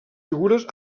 figures